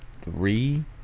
Three